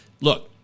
look